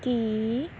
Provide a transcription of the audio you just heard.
ਕਿ